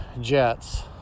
jets